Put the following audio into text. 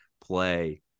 play